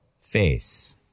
face